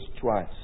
twice